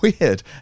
Weird